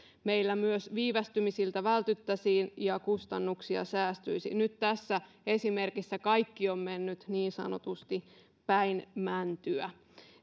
meillä myös viivästymisiltä vältyttäisiin ja kustannuksia säästyisi nyt tässä esimerkissä kaikki on mennyt niin sanotusti päin mäntyä